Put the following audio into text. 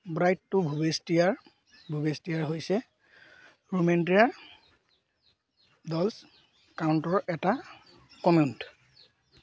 ব্ৰাইটটুভৱেষ্টিয়াৰঃ ভৱেষ্টিয়াৰ হৈছে ৰোমেণ্টিয়াৰ ডল্জ কাউণ্টৰ এটা কমিউণ্ট